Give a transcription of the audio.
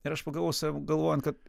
ir aš pagavau save galvojant kad